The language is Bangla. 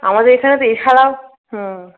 আমাদের এখানে তো এছাড়াও হুম